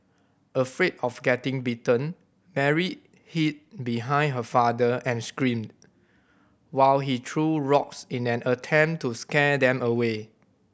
afraid of getting bitten Mary hid behind her father and screamed while he threw rocks in an attempt to scare them away